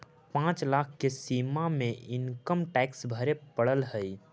पाँच लाख के सीमा में इनकम टैक्स भरे पड़ऽ हई